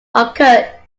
occur